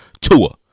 Tua